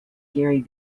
gary